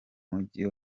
mujyi